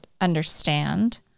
understand